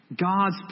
God's